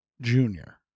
junior